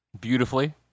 beautifully